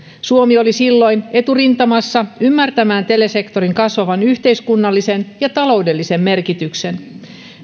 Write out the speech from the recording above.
suomi oli silloin eturintamassa ymmärtämässä telesektorin kasvavan yhteiskunnallisen ja taloudellisen merkityksen